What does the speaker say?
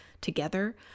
together